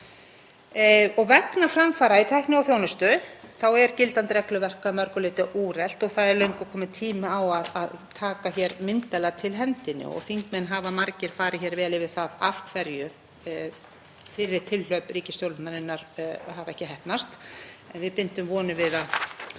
Vegna framfara í tækni og þjónustu er gildandi regluverk að mörgu leyti úrelt og það er löngu kominn tími á að taka hér myndarlega til hendinni og þingmenn hafa margir farið vel yfir það af hverju fyrri tilhlaup ríkisstjórnarinnar hafa ekki heppnast. En við bindum vonir við að